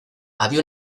había